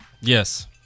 yes